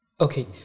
Okay